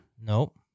Nope